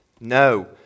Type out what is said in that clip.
No